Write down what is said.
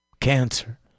Cancer